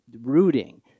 rooting